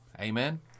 Amen